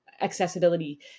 accessibility